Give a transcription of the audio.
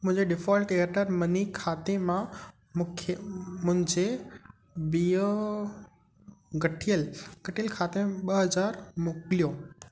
मुंहिंजे default Airtel money खाते मां मूंखे मुंहिंजे ॿियों गठियल गठियल खाते में ॿ हज़ार मोकिलियो